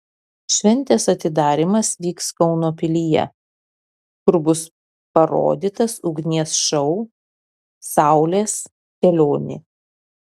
šventės atidarymas vyks kauno pilyje kur bus parodytas ugnies šou saulės kelionė